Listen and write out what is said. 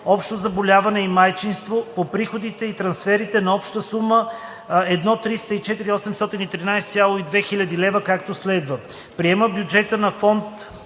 „Общо заболяване и майчинство“ по приходите и трансферите на обща сума 1 304 813,2 хил. лв., както следва:“.